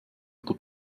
oder